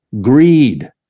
greed